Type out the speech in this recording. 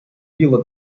field